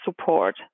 support